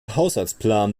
haushaltsplan